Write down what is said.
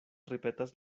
ripetas